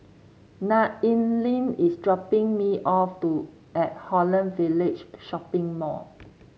Nayely is dropping me off to at Holland Village Shopping Mall